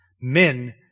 Men